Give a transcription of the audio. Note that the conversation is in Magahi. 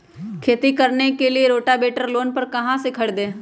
खेती करने के लिए रोटावेटर लोन पर कहाँ से खरीदे?